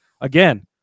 Again